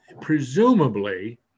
Presumably